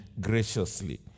graciously